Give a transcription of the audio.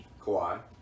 Kawhi